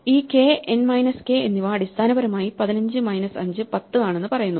ഈ K N minus K എന്നിവ അടിസ്ഥാനപരമായി 15 മൈനസ് 5 10ആണെന്ന് പറയുന്നു